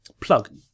Plug